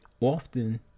Often